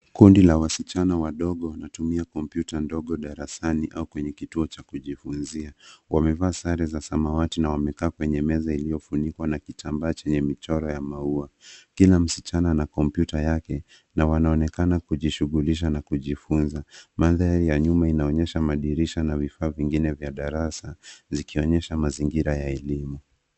Kundi la wasichana wadogo wanatumia kompyuta ndogo darasani au kwenye kituo cha kujifunzia. Wamevaa sare za samawati na wamekaa kwenye meza iliyofunikwa na kitamba chenye michoro ya maua. Kila mischana ana kompyuta yake na wanaonekana kujishughulisha na kujifunza. Mandhari ya nyuma inaonyesha madirisha na vifaa vingine vya darasa zikionyesha mazingira ya elimu.